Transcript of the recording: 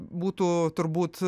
būtų turbūt